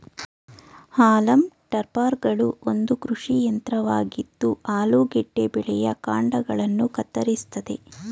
haulm ಟಾಪರ್ಗಳು ಒಂದು ಕೃಷಿ ಯಂತ್ರವಾಗಿದ್ದು ಆಲೂಗೆಡ್ಡೆ ಬೆಳೆಯ ಕಾಂಡಗಳನ್ನ ಕತ್ತರಿಸ್ತದೆ